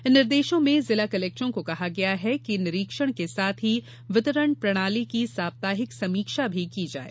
इन निर्देशों में जिला कलेक्टरों को कहा गया है कि निरीक्षण के साथ ही वितरण प्रणाली की साप्ताहिक समीक्षा भी की जाये